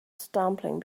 stumbling